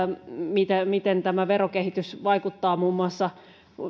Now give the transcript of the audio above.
miten tämä verokehitys vaikuttaa muun muassa